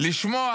לשמוע